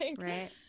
Right